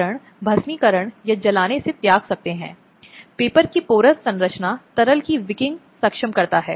इसलिए जो भी खर्च जो भी जमा नुकसान हुआ है और वह उन खर्चों या उन व्यय को पूरा करने की स्थिति में नहीं हो सकती है